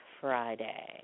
Friday